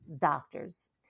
doctors